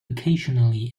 occasionally